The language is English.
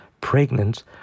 pregnant